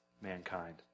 mankind